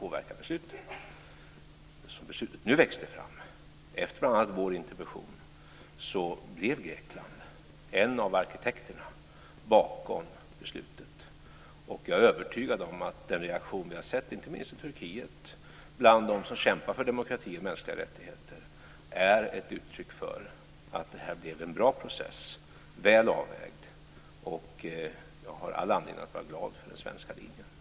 Som beslutet nu växte fram, bl.a. efter vår intervention, blev Grekland en av arkitekterna bakom beslutet. Jag är övertygad om att den reaktion som vi har sett, inte minst i Turkiet, bland dem som kämpar för demokrati och mänskliga rättigheter är ett uttryck för att detta blev en bra process som var väl avvägd. Jag har all anledning att vara glad över den svenska linjen.